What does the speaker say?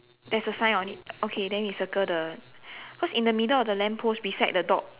there's a sign on it okay then we circle the because in the middle of the lamp post beside the dog